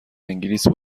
انگلیس